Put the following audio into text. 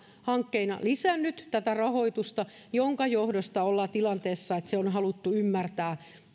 hankkeena lisännyt tätä rahoitusta minkä johdosta ollaan tilanteessa että se on haluttu ymmärtää